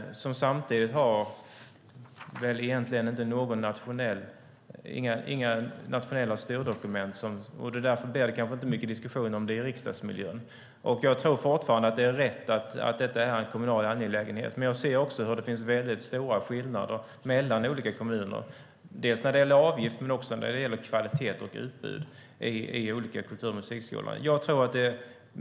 Men samtidigt har den egentligen inte några nationella styrdokument, och därför blir det kanske inte mycket diskussion om det i riksdagsmiljön. Jag tror fortfarande att det är rätt att detta är en kommunal angelägenhet, men jag ser också att det finns väldigt stora skillnader mellan olika kommuner dels när det gäller avgifter, dels när det gäller kvalitet och utbud i olika kultur och musikskolor.